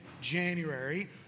January